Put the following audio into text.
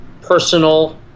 personal